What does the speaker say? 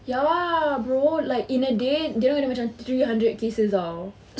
ya bro like in a day dorang ada macam three hundred cases [tau]